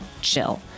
chill